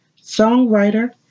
songwriter